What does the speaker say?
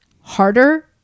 harder